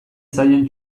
zaien